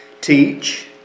teach